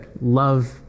love